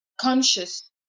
conscious